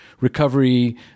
recovery